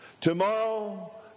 Tomorrow